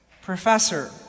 Professor